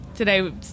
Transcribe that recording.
Today